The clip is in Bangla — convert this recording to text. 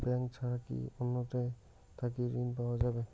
ব্যাংক ছাড়া কি অন্য টে থাকি ঋণ পাওয়া যাবে?